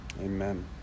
amen